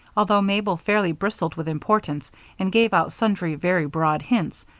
although mabel fairly bristled with importance and gave out sundry very broad hints,